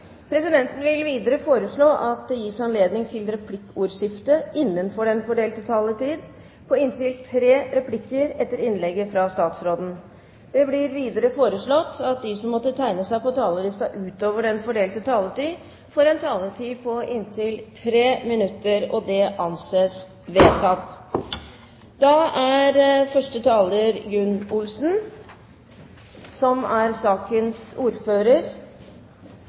vil presidenten foreslå at det gis anledning til replikkordskifte på inntil tre replikker med svar etter innlegget fra statsråden innenfor den fordelte taletid. Videre blir det foreslått at de som måtte tegne seg på talerlisten utover den fordelte taletid, får en taletid på inntil 3 minutter. – Det anses vedtatt. Altfor mange norske barn trenger sårt til en tryggere hverdag. Det er